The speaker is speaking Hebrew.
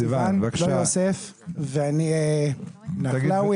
אני נחלאי,